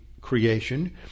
creation